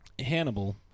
Hannibal